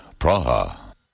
Praha